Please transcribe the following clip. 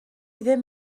ddim